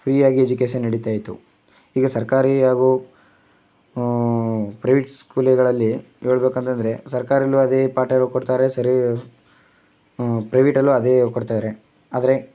ಫ್ರೀಯಾಗಿ ಎಜುಕೇಶನ್ ನಡಿತಾಯಿತ್ತು ಈಗ ಸರ್ಕಾರಿ ಹಾಗೂ ಪ್ರೈವೇಟ್ ಸ್ಕೂಲ್ಗಳಲ್ಲಿ ಹೇಳ್ಬೇಕು ಅಂತ ಅಂದ್ರೆ ಸರ್ಕಾರದಲ್ಲೂ ಅದೇ ಪಾಠಗಳು ಕೊಡ್ತಾರೆ ಸರಿ ಪ್ರೈವೇಟಲ್ಲೂ ಅದೇ ಕೊಡ್ತಾರೆ ಆದರೆ